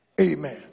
Amen